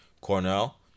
cornell